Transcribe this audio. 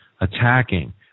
attacking